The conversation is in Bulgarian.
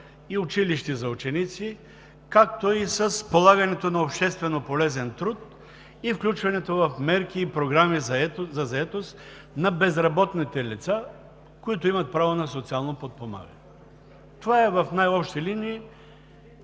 училище за ученици, с полагането на общественополезен труд и включването в мерки и програми за заетост на безработните лица, които имат право на социално подпомагане. Това е в най-общи линии